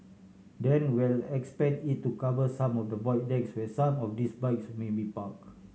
then we'll expand it to cover some of the void decks where some of these bikes may be park